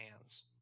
hands